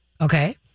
Okay